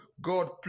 God